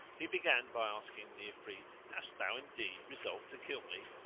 he began by asking the ifrit, hast thou indeed resolved to kill me?